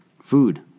Food